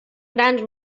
grans